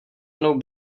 mnou